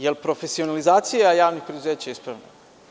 Je l` profesionalizacija javnih preduzeća ispravna?